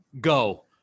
Go